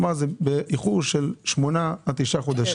כלומר, זה באיחור של 8 עד 9 חודשים.